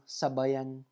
sabayan